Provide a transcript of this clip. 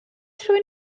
rhywun